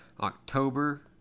october